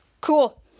cool